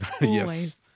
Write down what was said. Yes